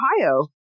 Ohio